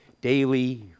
daily